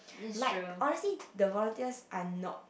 like honestly the volunteers are not